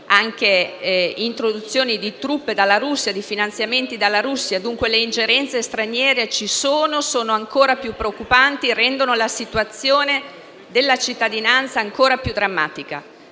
recenti introduzioni di truppe e dei finanziamenti della Russia (dunque le ingerenze straniere ci sono, sono ancora più preoccupanti e rendono la situazione della cittadinanza ancora più drammatica).